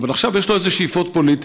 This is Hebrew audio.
אבל עכשיו יש לו איזה שאיפות פוליטיות,